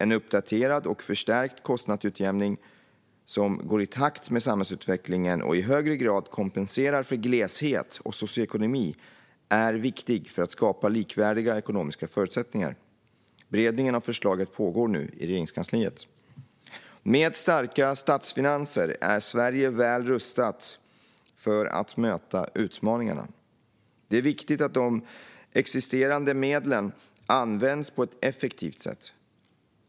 En uppdaterad och förstärkt kostnadsutjämning som går i takt med samhällsutvecklingen och i högre grad kompenserar för gleshet och socioekonomi är viktig för att skapa likvärdiga ekonomiska förutsättningar. Beredning av förslaget pågår nu i Regeringskansliet. Med starka statsfinanser är Sverige väl rustat för att möta utmaningarna. Det är viktigt att de existerande medlen används på ett effektivt sätt.